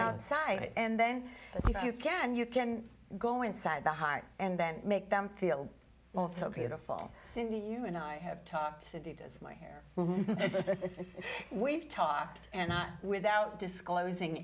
outside and then if you can you can go inside the heart and then make them feel well so beautiful cindy you and i have talked to does my hair it's we've talked and not without disclosing